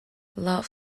love